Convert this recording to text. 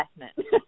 investment